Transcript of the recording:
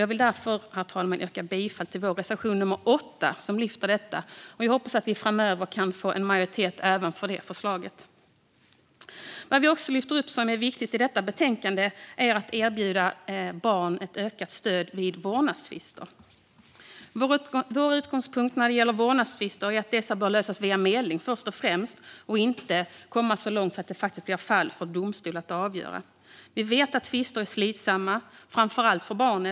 Jag vill därför, herr talman, yrka bifall till vår reservation 8, som tar upp detta. Jag hoppas att vi framöver kan få en majoritet även för det förslaget. En annan viktig sak som vi lyfter upp i detta betänkande är att erbjuda barn ett ökat stöd vid vårdnadstvister. Vår utgångspunkt när det gäller vårdnadstvister är att dessa först och främst bör lösas via medling och inte bör komma så långt så att de blir fall för en domstol att avgöra. Vi vet att tvister är slitsamma, framför allt för barnet.